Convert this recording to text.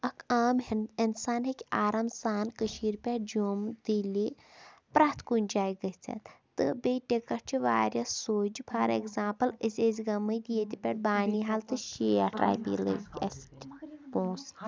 اَکھ عام ہِن اِنسان ہیٚکہِ آرام سان کٔشیٖرِ پٮ۪ٹھ جوٚم دِلہِ پرٮ۪تھ کُنہِ جایہِ گٔژھِتھ تہٕ بیٚیہِ ٹِکَٹ چھِ واریاہ سُہ چھِ فار ایگزامپٕل أسۍ ٲسۍ گٔمٕتۍ ییٚتہِ پٮ۪ٹھ بانِہال تہٕ شیٹھ رۄپیہِ لٔگۍ اَسہِ پونٛسہٕ